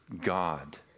God